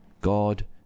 God